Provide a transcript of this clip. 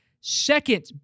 Second